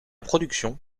production